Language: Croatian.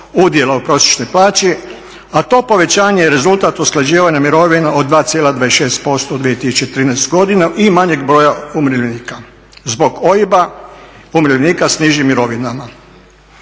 udjela u prosječnoj plaći. A to povećanje je rezultat usklađivanja mirovina od 2,26% 2013. godine i manjeg broja umirovljenika zbog OIB-a umirovljenika sa nižim mirovinama.